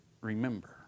remember